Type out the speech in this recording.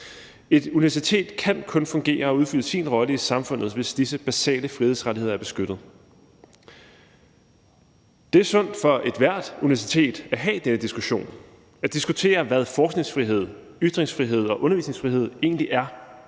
Et universitet kan kun fungere og udfylde sin rolle i samfundet, hvis disse basale frihedsrettigheder er beskyttet. Det er sundt for ethvert universitet at have denne diskussion: at diskutere, hvad forskningsfrihed, ytringsfrihed og undervisningsfrihed egentlig er;